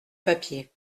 papier